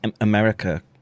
America